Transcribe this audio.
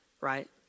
right